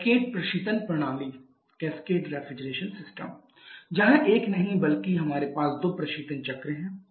cascade प्रशीतन प्रणाली जहां एक नहीं बल्कि हमारे पास दो प्रशीतन चक्र हैं